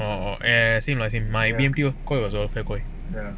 eh same like same like in my B_M_T welfare ointment